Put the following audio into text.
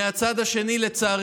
להם: